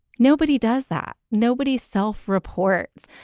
nobody does that. nobody's self reports.